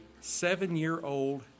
seven-year-old